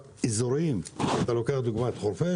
אזוריים אתה לוקח לדוגמה את חורפיש,